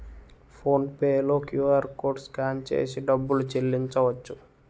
phone pay లో QR code scan చేసి డబ్బులు చెల్లించవచ్చు